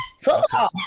Football